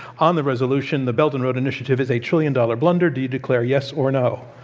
on the resolution the belt-and-road initiative is a trillion-dollar blunder, do you declare yes or no?